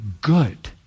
good